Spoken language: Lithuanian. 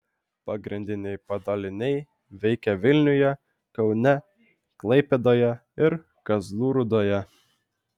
pagrindiniai padaliniai veikia vilniuje kaune klaipėdoje ir kazlų rūdoje